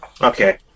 Okay